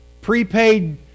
prepaid